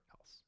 else